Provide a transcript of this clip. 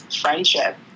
friendship